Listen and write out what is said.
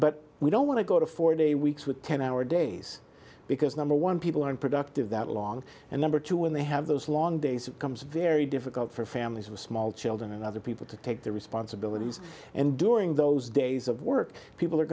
but we don't want to go to four day weeks with ten hour days because number one people aren't productive that long and number two when they have those long days comes very difficult for families with small children and other people to take their responsibilities and during those days of work people are